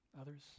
Others